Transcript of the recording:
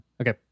okay